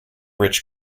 rich